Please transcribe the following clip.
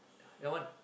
you all want